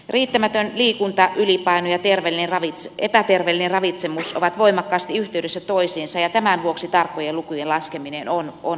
riittämätön liikunta ylipaino ja epäterveellinen ravitsemus ovat voimakkaasti yhteydessä toisiinsa ja tämän vuoksi tarkkojen lukujen laskeminen on vaikeaa